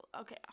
okay